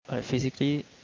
Physically